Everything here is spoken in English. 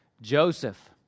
Joseph